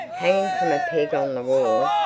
hanging from a peg on the wall,